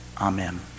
Amen